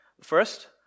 First